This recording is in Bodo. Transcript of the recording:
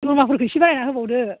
दरमाहाफोरखौ एसे बारायना होबावदो